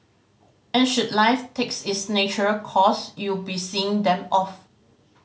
and should life takes its nature course you'll be seeing them off